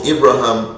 Abraham